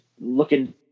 looking